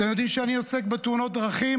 אתם יודעים שאני עוסק בתאונות דרכים.